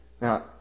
Now